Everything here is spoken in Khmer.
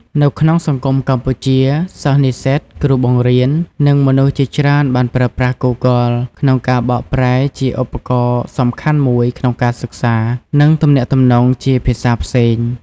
នៅក្នុងសង្គមកម្ពុជា សិស្សនិស្សិត គ្រូបង្រៀន និងមនុស្សជាច្រើន បានប្រើប្រាស់ Googleក្នុងការបកប្រែ ជាឧបករណ៍សំខាន់មួយក្នុងការសិក្សា និងទំនាក់ទំនងជាភាសាផ្សេង។